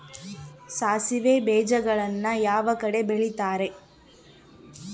ಸಾಸಿವೆ ಬೇಜಗಳನ್ನ ಯಾವ ಕಡೆ ಬೆಳಿತಾರೆ?